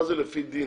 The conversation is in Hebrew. מה זה לפי דין?